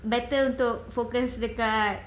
better untuk focus dekat